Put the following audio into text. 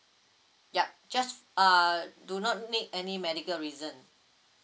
yup just uh do not need any medical reason